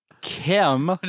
Kim